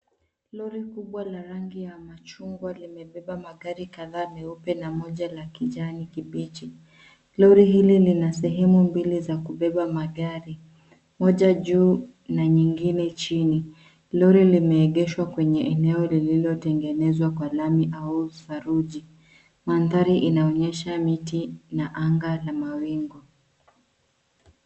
Lori kubwa la rangi ya machungwa limebebea magari kadhaa meupe na moja la kijani kibichi. Lori hili lina sehemu mbili za kubeba magari, moja juu na nyingine chini. Lori limeegeshwa kwenye eneo lililotengenezwa kwa lami au saruji. Mandhari inaonyesha miti na anga la mawingu.